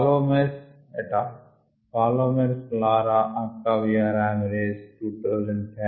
పాలోమెర్స్ et al Palomares Lara Octavia Ramirez